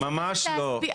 אני מבקשת להסביר.